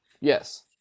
Yes